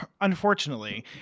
unfortunately